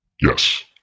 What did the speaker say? yes